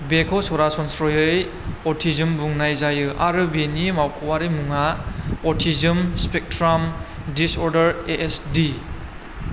बेखौ सरासनस्रायै अटिजों बुंनाय जायो आरो बेनि मावख'आरि मुङा अटिजोम स्पेकट्राम डिसरदार एएसडि